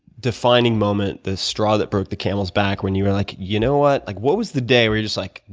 defining moment, the straw that broke the camel's back when you were like, you know what? like what was the day where you were just like,